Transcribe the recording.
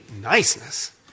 Niceness